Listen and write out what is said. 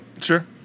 Sure